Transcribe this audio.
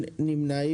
מי נמנע?